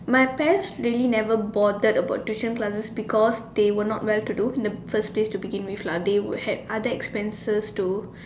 my parents really never bothered about tuition classes because they were not well to do in the first place to begin with lah they would have other expenses to